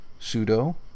sudo